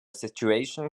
situation